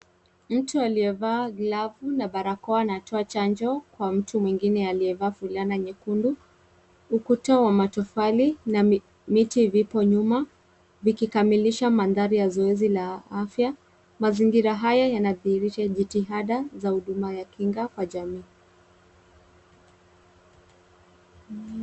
Mtu aliyevaa glavu na barakoa anatoa chanjo kwa mtu mwingine aliyevaa fulana nyekundu. Ukuta wa matofali na miti vipo nyuma, vikikamilisha mandhari ya zoezi la afya. Mazingira haya yanadhihirisha jitihada za huduma ya kinga kwa jamii.